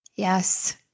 Yes